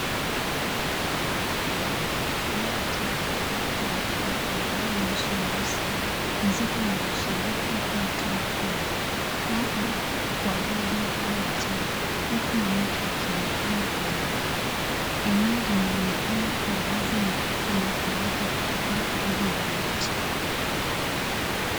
Umati wa watu wakiangalia moshi mweusi mzito unaoshiniki moto mkubwa labda ni kwa lori au ajali huku mioto ikionekana kwa umbali. Eneo linaonekana kuwa wazi ,kuna baadhi ya pikipiki karibu na umati.